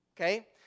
Okay